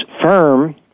firm